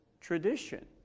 tradition